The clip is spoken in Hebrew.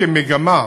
כמגמה,